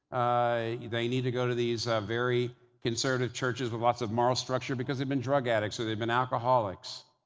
they need to go to these very conservative churches with lots of moral structure because, they've been drug addicts or they've been alcoholics.